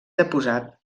deposat